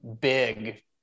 big